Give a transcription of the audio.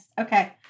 Okay